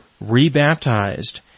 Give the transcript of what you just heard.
re-baptized